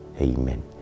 Amen